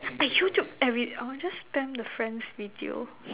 I YouTube everyday I will just spam the friends video